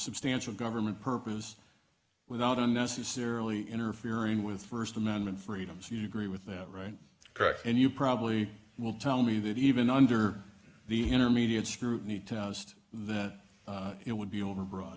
substantial government purposes without unnecessarily interfering with first amendment freedoms you agree with that right correct and you probably will tell me that even under the intermediate scrutiny to just that it would be overbroad